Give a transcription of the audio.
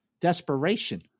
desperation